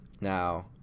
Now